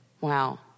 Wow